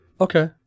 Okay